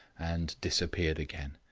and disappeared again.